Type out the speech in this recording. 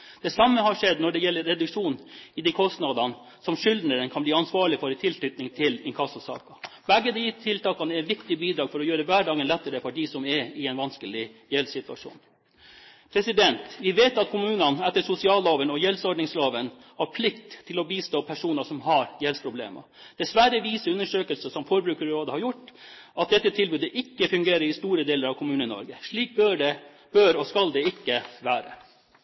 Det samme har skjedd når det gjelder reduksjon i de kostnadene som skyldneren kan bli ansvarlig for i tilknytning til inkassosaker. Begge disse tiltakene er viktige bidrag for å gjøre hverdagen lettere for dem som er i en vanskelig gjeldssituasjon. Vi vet at kommunene etter sosialloven og gjeldsordningsloven har plikt til å bistå personer som har gjeldsproblemer. Dessverre viser undersøkelser som Forbrukerrådet har gjort, at dette tilbudet ikke fungerer i store deler av Kommune-Norge. Slik bør og skal det ikke være.